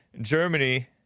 Germany